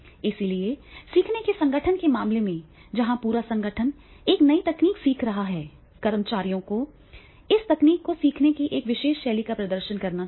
इसलिए सीखने के संगठन के मामले में जहां पूरा संगठन एक नई तकनीक सीख रहा है कर्मचारियों को इस तकनीक को सीखने की एक विशेष शैली का प्रदर्शन करना चाहिए